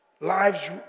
lives